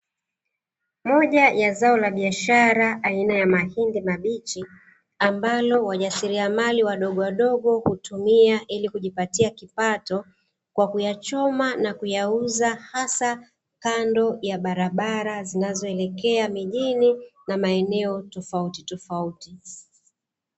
Moja ya zao la biashara aina ya mahindi mabichi, ambalo wajasiriamali wadogowadogo hutumia ili kujipatia kipato, kwa kuyachoma na kuyauza hasa kando ya barabara, zinazoelekea mijini na maeneo tofautitofauti.